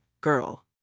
girl